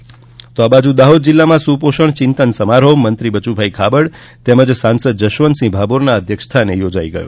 દાહોદ સુપોષણ દાહોદ જિલ્લામાં સુપોષણ ચિંતન સમારોહ મંત્રી બચુભાઈ ખાબડ તેમજ સાંસદ જશવંતસિંહ ભાભોરના અધ્યક્ષસ્થાને યોજાઈ ગયો